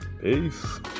Peace